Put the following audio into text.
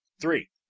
Three